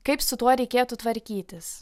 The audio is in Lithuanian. kaip su tuo reikėtų tvarkytis